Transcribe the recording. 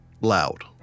loud